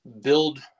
build